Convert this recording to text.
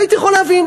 הייתי יכול להבין.